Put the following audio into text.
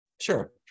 Sure